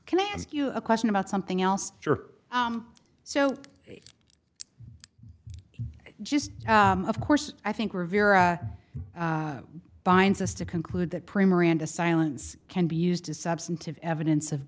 can i ask you a question about something else you're so just of course i think rivera binds us to conclude that primmer and a silence can be used as substantive evidence of